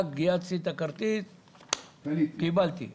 גיהצתי את הכרטיס ורכשתי מערכת כזו.